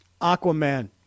Aquaman